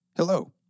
Hello